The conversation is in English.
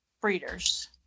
breeders